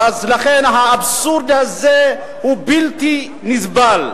ולכן האבסורד הזה הוא בלתי נסבל.